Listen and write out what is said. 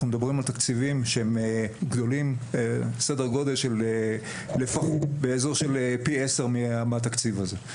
אנחנו מדברים על תקציבים שהם בסדר גודל של לפחות פי 10 מהתקציב הזה.